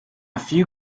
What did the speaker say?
few